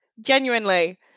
genuinely